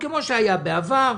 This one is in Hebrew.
כמו שהיה בעבר,